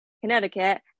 Connecticut